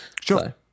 Sure